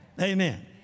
Amen